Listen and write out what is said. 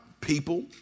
people